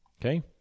Okay